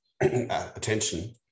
attention